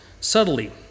subtly